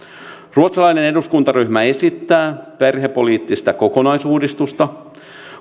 ruotsalainen eduskuntaryhmä esittää perhepoliittista kokonaisuudistusta